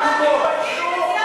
בושה אתה.